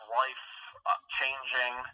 life-changing